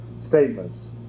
statements